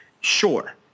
sure